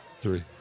three